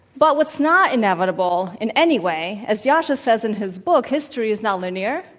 but what's not inevitable in any way as yascha says in his book, history is not linear.